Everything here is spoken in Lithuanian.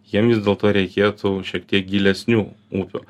jiem vis dėlto reikėtų šiek tiek gilesnių upių